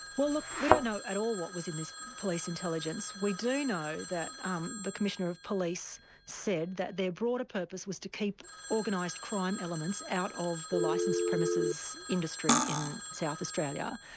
well look, we don't know at all what was in this police intelligence. we do know that um the commissioner of police said that their broader purpose was to keep organised crime elements out of the licensed premises industry in south australia,